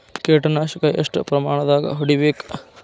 ಕೇಟ ನಾಶಕ ಎಷ್ಟ ಪ್ರಮಾಣದಾಗ್ ಹೊಡಿಬೇಕ?